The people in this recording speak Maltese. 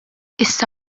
issa